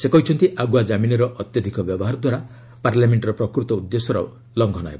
ସେ କହିଛନ୍ତି ଆଗୁଆ ଜାମିନର ଅତ୍ୟଧିକ ବ୍ୟବହାର ଦ୍ୱାରା ପାର୍ଲାମେଣ୍ଟର ପ୍ରକୃତ ଉଦ୍ଦେଶ୍ୟର ମଧ୍ୟ ଲଂଘନ ହେବ